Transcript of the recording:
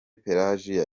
pelagie